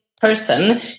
Person